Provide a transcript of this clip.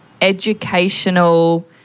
educational